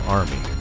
army